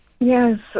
Yes